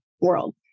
world